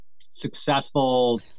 successful